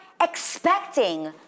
expecting